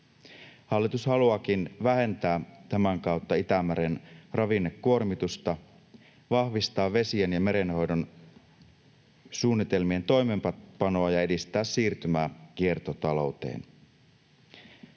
Hallitus haluaakin vähentää tämän kautta Itämeren ravinnekuormitusta, vahvistaa vesien ja merenhoidon suunnitelmien toimeenpanoa ja edistää siirtymää kiertotalouteen.